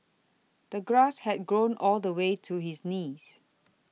the grass had grown all the way to his knees